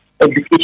education